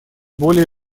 более